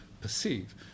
perceive